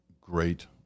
Great